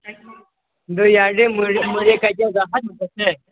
ꯑꯗꯨ ꯌꯥꯔꯗꯤ ꯃꯣꯔꯦ ꯀꯩꯊꯦꯜꯗ ꯍꯥꯟꯅ ꯆꯠꯁꯦ